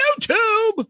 YouTube